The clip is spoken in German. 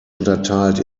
unterteilt